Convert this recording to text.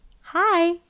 Hi